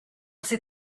ses